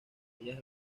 ellas